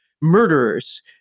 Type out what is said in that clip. murderers